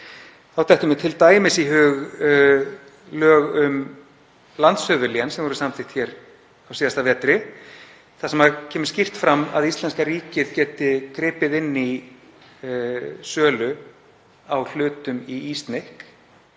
Þá detta mér t.d. í hug lög um landshöfuðlén, sem voru samþykkt hér á síðasta vetri, þar sem kemur skýrt fram að íslenska ríkið geti gripið inn í sölu á hlutum í ISNIC.